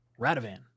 Radovan